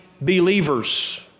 believers